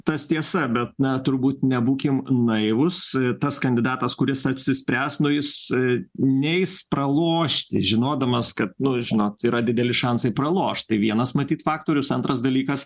tas tiesa bet na turbūt nebūkim naivūs tas kandidatas kuris apsispręs nu jis neis pralošti žinodamas kad nu žinot yra dideli šansai pralošt tai vienas matyt faktorius antras dalykas